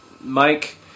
Mike